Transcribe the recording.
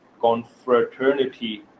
confraternity